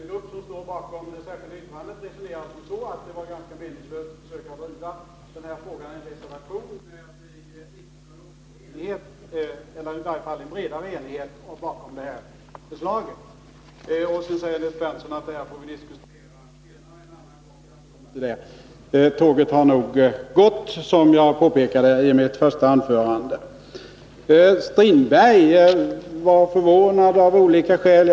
Herr talman! Till Nils Berndtson vill jag bara säga att vi inom den grupp som står bakom det särskilda yttrandet resonerar så, att det är ganska meningslöst att försöka driva denna fråga i en reservation, när det inte gick att få en bredare enighet bakom förslaget. Nils Berndtson säger att vi får diskutera denna fråga en annan gång. Som jag påpekade i mitt första anförande har det tåget nog gått. Herr Strindberg var förvånad av olika skäl.